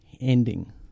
ending